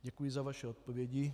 Děkuji za vaše odpovědi.